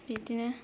बिदिनो